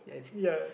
yes